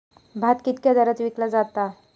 भात कित्क्या दरात विकला जा?